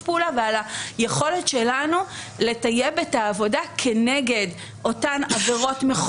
הפעולה ועל היכולת שלנו לטייב את העבודה כנגד אותן עבירות.